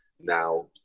now